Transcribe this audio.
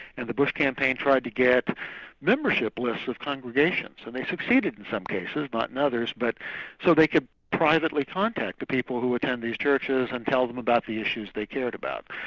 and the bush campaign tried to get membership lists of congregations, and they succeeded in some cases, not in others. but so they could privately contact the people who attend these churches and tell them about the issues they cared about.